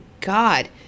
god